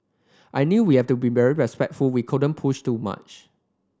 I knew we have to be very respectful we couldn't push too much